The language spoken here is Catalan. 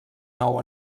nou